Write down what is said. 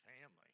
family